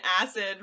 acid